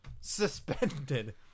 Suspended